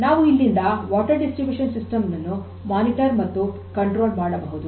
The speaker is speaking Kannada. ನಾವು ಇಲ್ಲಿಂದ ನೀರಿನ ವಿತರಣೆಯ ಸಿಸ್ಟಮ್ ನನ್ನು ಮೇಲ್ವಿಚಾರಣೆ ಮತ್ತು ನಿಯಂತ್ರಣ ಮಾಡಬಹುದು